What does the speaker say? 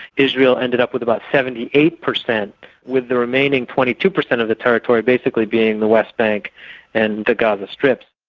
israel ended up with about seventy eight percent with the remaining twenty two percent of the territory basically being the west bank and the gaza strip.